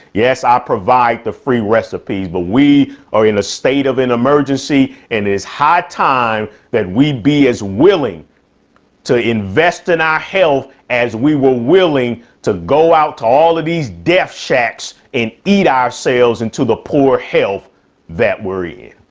yes, i ah provide the free recipes, but we are in a state of an emergency and it is high time that we be as willing to invest in our health as we will willing to go out to all of these deaf shacks and eat our sales into the poor health that worry.